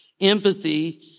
Empathy